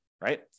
right